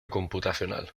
computacional